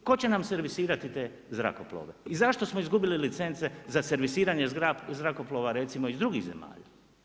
Tko će nam servisirati te zrakoplove i zašto smo izgubili licence za servisiranje zrakoplova recimo iz drugih zemalja?